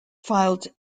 filed